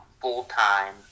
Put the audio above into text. full-time